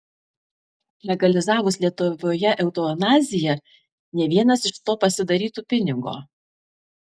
legalizavus lietuvoje eutanaziją ne vienas iš to pasidarytų pinigo